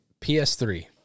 PS3